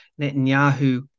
Netanyahu